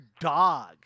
dog